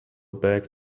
back